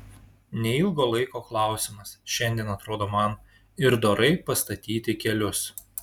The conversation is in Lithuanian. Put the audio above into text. neilgo laiko klausimas šiandien atrodo man ir dorai pastatyti kelius